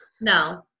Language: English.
No